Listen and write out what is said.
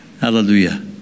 Hallelujah